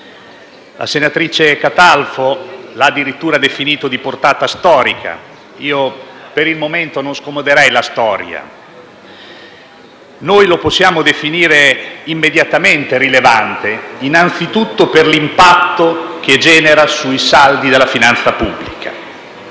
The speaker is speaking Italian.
La senatrice Catalfo lo ha addirittura definito di portata storica. Io per il momento non scomoderei la storia. Noi lo possiamo definire immediatamente rilevante anzitutto per l'impatto che genera sui saldi della finanza pubblica: